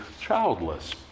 childless